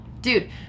Dude